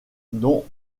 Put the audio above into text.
dont